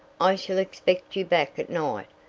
i shall expect you back at night,